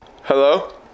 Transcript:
Hello